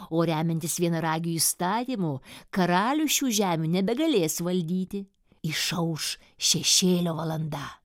o remiantis vienaragių įstatymu karalius šių žemių nebegalės valdyti išauš šešėlio valanda